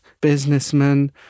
businessmen